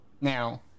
now